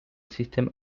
system